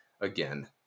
again